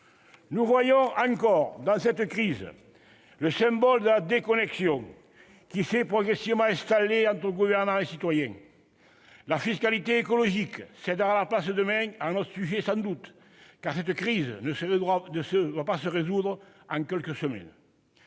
Nous voyons encore dans cette crise le symptôme de la déconnexion qui s'est progressivement installée entre gouvernants et citoyens. La fiscalité écologique cédera la place demain à un autre sujet sans doute, car cette crise ne se résoudra pas en quelques semaines.